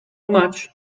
much